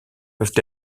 peuvent